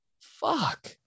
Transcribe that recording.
Fuck